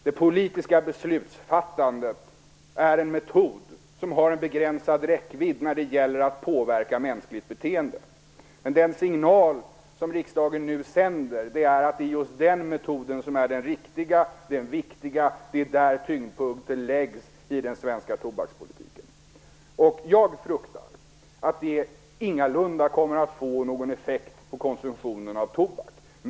Det politiska beslutsfattandet är en metod som har en begränsad räckvidd när det gäller att påverka mänskligt beteende. Den signal som riksdagen nu sänder är att det är just den metoden som är den riktiga och den viktiga, och det är där tyngdpunkten läggs i den svenska tobakspolitiken. Jag fruktar att det ingalunda kommer att få någon effekt på konsumtionen av tobak.